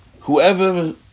Whoever